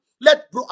Let